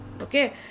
okay